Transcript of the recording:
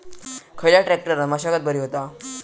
खयल्या ट्रॅक्टरान मशागत बरी होता?